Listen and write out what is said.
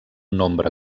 nombre